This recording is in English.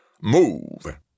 Move